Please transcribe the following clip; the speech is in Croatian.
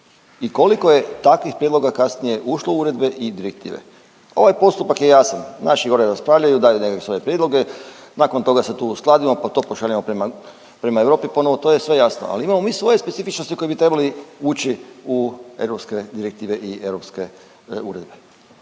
i koliko je takvih prijedloga kasnije ušlo u uredbe i direktive? Ovaj postupak je jasan, naši gore raspravljaju, daju nekakve svoje prijedloge, nakon toga se tu uskladimo, pa to pošaljemo prema, prema Europi ponovi, to je sve jasno, ali mi imamo svoje specifičnosti koje bi trebale ući u europske direktive i europske uredbe.